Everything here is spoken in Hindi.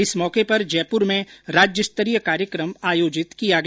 इस मौके पर जयपुर में राज्य स्तरीय कार्यक्रम आयोजित किया गया